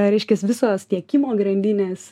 reiškias visos tiekimo grandinės